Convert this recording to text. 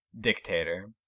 dictator